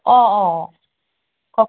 অ অ কওক